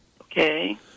okay